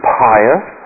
pious